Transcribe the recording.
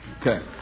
Okay